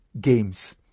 games